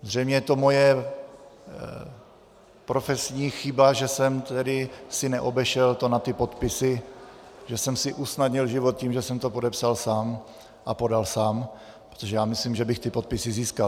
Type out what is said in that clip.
Zřejmě je to moje profesní chyba, že jsem si tedy neobešel to na ty podpisy, že jsem si usnadnil život tím, že jsem to podepsal sám a podal sám, protože já myslím, že bych ty podpisy získal.